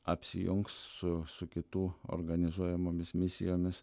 apsijungs su su kitų organizuojamomis misijomis